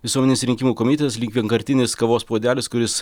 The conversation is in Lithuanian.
visuomeninis rinkimų komitetas lyg vienkartinis kavos puodelis kuris